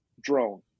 drone